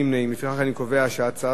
לפיכך אני קובע שהצעת החוק